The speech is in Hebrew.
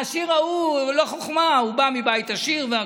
העשיר ההוא, לא חוכמה, הוא בא מבית עשיר והכול.